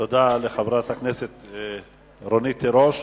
תודה לחברת הכנסת רונית תירוש.